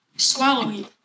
swallowing